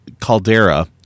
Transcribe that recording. caldera